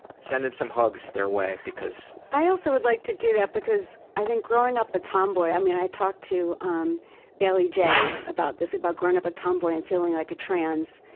sending some hugs their way because j i also would like to do that because, i think growing up a tomboy, i mean i talked to um bailey jay about this, about growing up a tomboy and feeling like a trans,